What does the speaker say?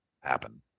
happen